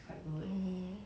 mmhmm